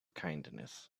kindness